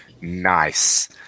Nice